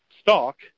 stock